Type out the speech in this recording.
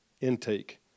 Intake